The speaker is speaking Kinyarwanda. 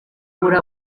muri